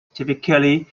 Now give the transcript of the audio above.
typically